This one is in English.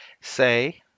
say